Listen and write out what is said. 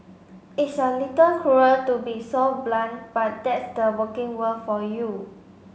it's a little cruel to be so blunt but that's the working world for you